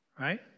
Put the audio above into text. right